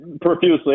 profusely